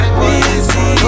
busy